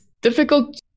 difficult